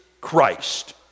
Christ